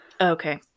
Okay